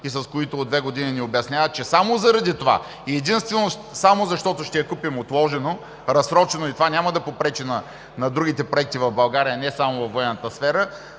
и с които от две години ни обясняват, че само заради това и единствено само защото ще я купим отложено, разсрочено и това няма да попречи на другите проекти в България, не само във военната сфера,